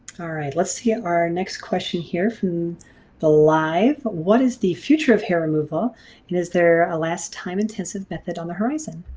let's see our next question here from the live. what is the future of hair removal and is there a less time intensive method on the horizon?